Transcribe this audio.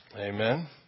Amen